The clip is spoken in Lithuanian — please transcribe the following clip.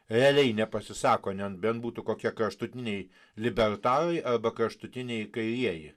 realiai nepasisako nen bent būtų kokie kraštutiniai libertarai arba kraštutiniai kairieji